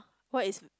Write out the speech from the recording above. what is